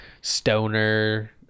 stoner